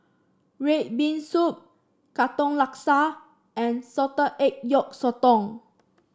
red bean soup Katong Laksa and Salted Egg Yolk Sotong